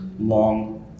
long